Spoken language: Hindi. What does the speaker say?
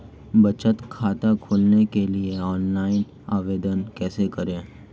बचत खाता खोलने के लिए ऑनलाइन आवेदन कैसे करें?